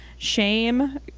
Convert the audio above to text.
shame